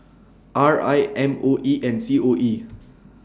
R I M O E and C O E